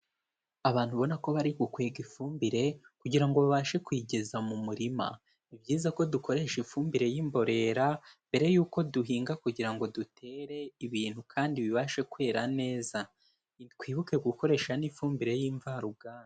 Abantu ubona ko bari gukwega ifumbire kugira ngo babashe kuyigeza mu murima. Ni byiza ko dukoresha ifumbire y'imborera mbere yuko duhinga kugira ngo dutere ibintu kandi bibashe kwera neza. Twibuke gukoresha n'ifumbire y'imvaruganda.